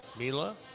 Mila